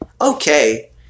okay